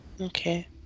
Okay